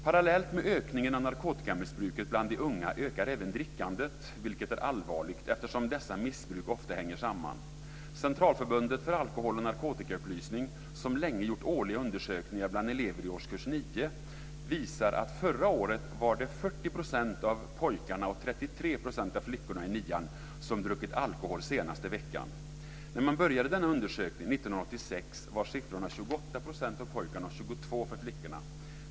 Parallellt med ökningen av narkotikamissbruket bland de unga ökar även drickandet, vilket är allvarligt eftersom dessa missbruk ofta hänger samman. Centralförbundet för alkohol och narkotikaupplysning som länge gjort årliga undersökningar bland elever i årskurs 9 visar att det förra året var 40 % av pojkarna och 33 % av flickorna i nian som druckit alkohol senaste veckan. När man började göra denna undersökning 1986 var siffrorna 28 % för pojkarna och 22 % för flickorna.